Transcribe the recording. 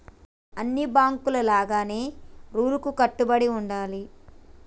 అన్ని బాంకుల లాగానే రూల్స్ కు కట్టుబడి ఉండాలి